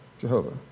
Jehovah